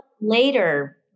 later